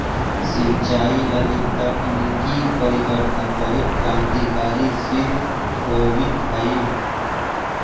सिंचाई लगी तकनीकी परिवर्तन बहुत क्रान्तिकारी सिद्ध होवित हइ